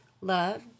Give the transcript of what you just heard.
love